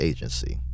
Agency